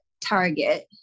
Target